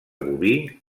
boví